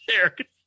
Eric